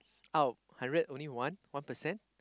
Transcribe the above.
out of hundred only one one percent